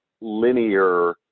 linear